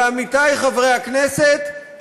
ועמיתי חברי הכנסת,